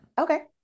Okay